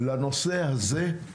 לנושא הזה,